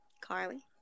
Carly